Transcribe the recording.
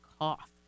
cough